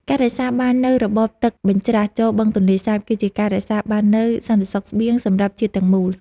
ការរក្សាបាននូវរបបទឹកបញ្ច្រាសចូលបឹងទន្លេសាបគឺជាការរក្សាបាននូវសន្តិសុខស្បៀងសម្រាប់ជាតិទាំងមូល។